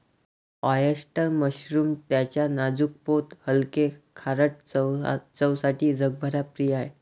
oyster mushroom त्याच्या नाजूक पोत हलके, खारट चवसाठी जगभरात प्रिय आहे